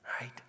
right